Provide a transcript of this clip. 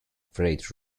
freight